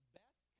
best